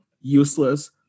useless